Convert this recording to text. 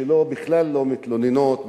שבכלל לא מתלוננות,